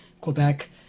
Quebec